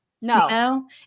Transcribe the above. No